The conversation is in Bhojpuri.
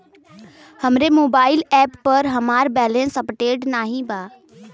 हमरे मोबाइल एप पर हमार बैलैंस अपडेट नाई बा